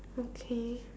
okay